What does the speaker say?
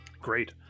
Great